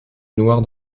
noire